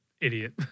idiot